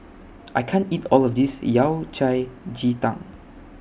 I can't eat All of This Yao Cai Ji Tang